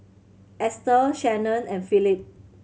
Estel Shanon and Phillip